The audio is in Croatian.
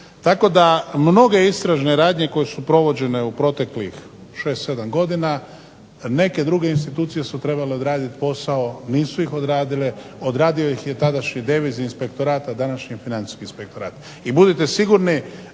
tako da mnoge istražne radnje koje su provođene u proteklih 6, 7 godina, neke druge institucije su trebale odraditi posao, nisu ih odradile, odradio ih je tadašnji devizni inspektorat, a današnji financijski inspektorat,